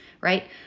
right